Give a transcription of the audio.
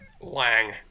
Lang